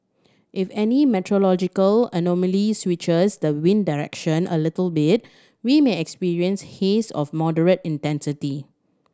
if any meteorological anomaly switches the wind direction a little bit we may experience haze of moderate intensity